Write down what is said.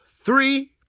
three